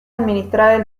administrar